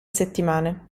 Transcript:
settimane